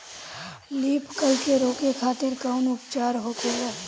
Leaf curl के रोके खातिर कउन उपचार होखेला?